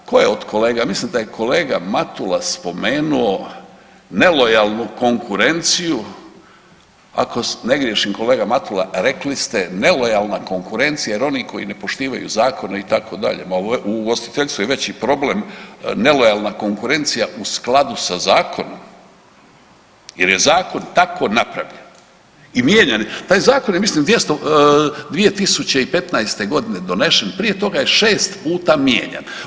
Tko je od kolega, mislim da je kolega Matula spomenuo nelojalnu konkurenciju, ako ne griješim kolega Matula, rekli ste nelojalna konkurencija jer oni koji ne poštivaju zakone itd. ma u ugostiteljstvu je veći problem nelojalna konkurencija u skladu sa zakonom jer je zakon tako napravljen i mijenjan, taj zakon je mislim 2015.g. donesen, prije toga je šest puta mijenjan.